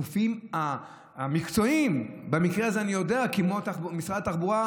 הגופים המקצועיים כמו משרד התחבורה,